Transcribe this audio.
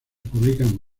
publican